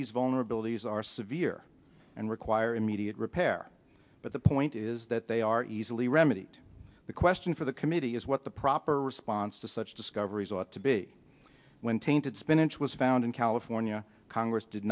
these vulnerabilities are severe and require immediate repair but the point is that they are easily remedied the question for the committee is what the proper response to such discoveries ought to be when tainted spinach was found in california congress did